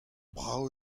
brav